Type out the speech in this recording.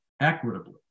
equitably